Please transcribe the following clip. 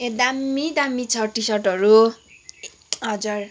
ए दामी दामी छ टी सर्टहरू हजुर